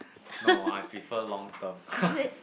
no I prefer long term